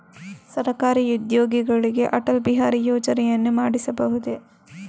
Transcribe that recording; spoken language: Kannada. ಸರಕಾರಿ ಉದ್ಯೋಗಿಗಳಿಗೆ ಅಟಲ್ ಬಿಹಾರಿ ಯೋಜನೆಯನ್ನು ಮಾಡಿಸಬಹುದೇ?